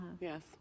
yes